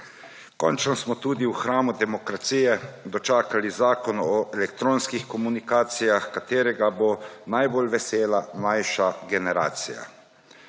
Končno smo tudi v hramu demokracije dočakali zakon o elektronskih komunikacijah, katerega bo najbolj vesela mlajša generacija.